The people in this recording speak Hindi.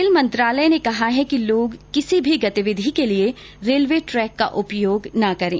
रेल मंत्रालय ने कहा है कि लोग किसी भी गतिविधि के लिए रेलवे ट्रेक का उपयोग न करें